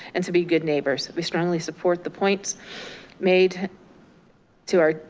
and to be good neighbors. we strongly support the points made to our,